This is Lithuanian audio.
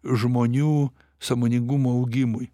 žmonių sąmoningumo augimui